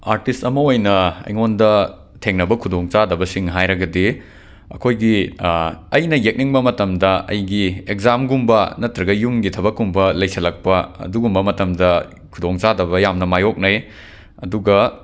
artist ꯑꯃ ꯑꯣꯏꯅ ꯑꯩꯉꯣꯟꯗ ꯊꯦꯡꯅꯕ ꯈꯨꯗꯣꯡꯆꯥꯗꯕꯁꯤꯡ ꯍꯥꯏꯔꯒꯗꯤ ꯑꯩꯈꯣꯏꯒꯤ ꯑꯩꯅ ꯌꯦꯛꯅꯤꯡꯕ ꯃꯇꯝꯗ ꯑꯩꯒꯤ ꯑꯦꯛꯖꯥꯝꯒꯨꯝꯕ ꯅꯠꯇ꯭ꯔꯒ ꯌꯨꯝꯒꯤ ꯊꯕꯛꯀꯨꯝꯕ ꯂꯩꯁꯜꯂꯛꯄ ꯑꯗꯨꯒꯨꯝꯕ ꯃꯇꯝꯗ ꯈꯨꯗꯣꯡꯆꯥꯗꯕ ꯌꯥꯝꯅ ꯃꯥꯌꯣꯛꯅꯩ ꯑꯗꯨꯒ